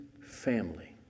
family